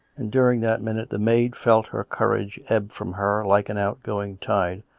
and during that minute the maid felt her courage ebb from her like an outgoing tide,